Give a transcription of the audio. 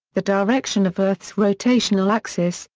the direction of earth's rotational axis,